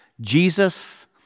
Jesus